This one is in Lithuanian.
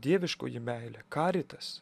dieviškoji meilė karitas